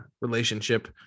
relationship